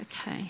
Okay